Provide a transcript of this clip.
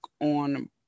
on